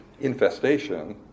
infestation